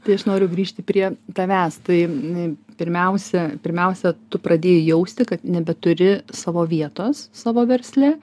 tai aš noriu grįžti prie tavęs tai pirmiausia pirmiausia tu pradėjai jausti kad nebeturi savo vietos savo versle